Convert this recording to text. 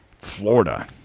Florida